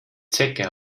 zecke